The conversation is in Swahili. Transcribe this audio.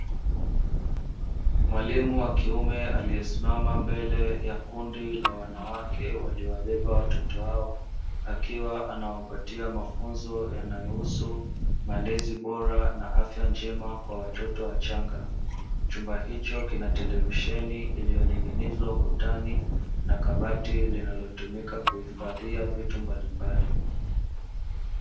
Mwalimu wa kiume aliesimama mbele ya kundi la wanawake waliobeba watoto wao , wakiwa wanapatiwa mafunzo yanayohusu malezi bora na afya njema kwa watoto wachanga, chumba hicho kina televisioni iliyoninginizwa ukutani na kabati linalotumika kuhifadhia vitu mbalimbali.